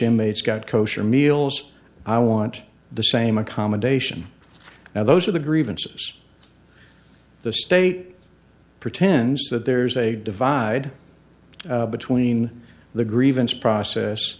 in mates got kosher meals i want the same accommodation now those are the grievances the state pretends that there's a divide between the grievance process